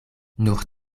nur